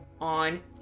on